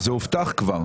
זה הובטח כבר.